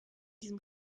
diesem